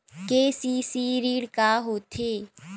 KCC ऋण का होथे?